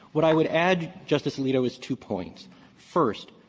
what i would add, justice alito, is two points first,